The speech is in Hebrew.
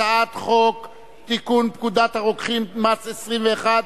הצעת חוק לתיקון פקודת הרוקחים (מס' 21),